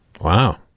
Wow